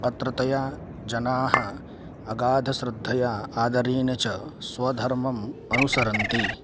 अत्रत्याः जनाः अगाधश्रद्धया आदरेण च स्वधर्मम् अनुसरन्ति